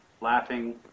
laughing